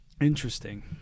Interesting